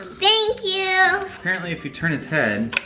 thank you! apparently if you turn his head.